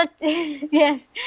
yes